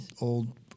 old